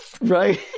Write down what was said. Right